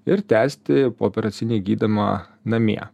ir tęsti pooperacinį gydymą namie